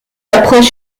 approches